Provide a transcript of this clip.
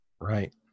Right